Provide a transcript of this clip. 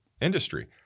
industry